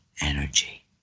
energy